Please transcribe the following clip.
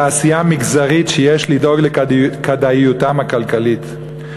תעשייה מגזרית שיש לדאוג לכדאיותה הכלכלית.